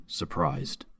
surprised